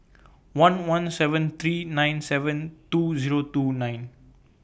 one one seven three nine seven two Zero two nine